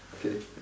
okay